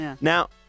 Now